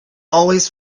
always